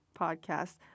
podcast